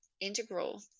integral